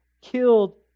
killed